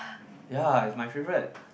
ya it's my favorite